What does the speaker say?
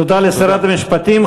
תודה לשרת המשפטים.